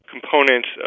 components